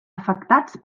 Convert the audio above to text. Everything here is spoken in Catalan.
afectats